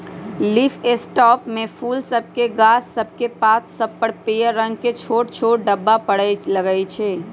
leaf spot में फूल सभके गाछ सभकेक पात सभ पर पियर रंग के छोट छोट ढाब्बा परै लगइ छै